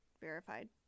verified